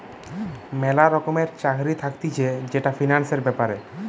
ম্যালা রকমের চাকরি থাকতিছে যেটা ফিন্যান্সের ব্যাপারে